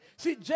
See